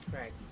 right